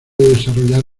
desarrollar